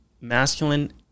masculine